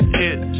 hit